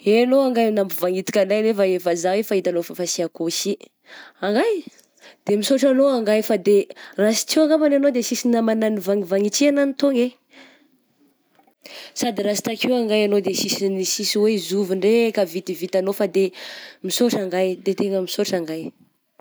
Hainao nga ny nampivanitika anahy nefa efa zah efa hitanao fa sy ao koa sy, angay! De misaotra anao angay fa de raha sy teo angambany ianao de sisy namana nivangnivanitihana any tony eh, sady raha sy tekeo anga enao de sisy sisy hoe zovy indraika hahavita ny vitanao fa de misaotra angay ah, de tegna misotra angay ah.